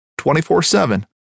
24-7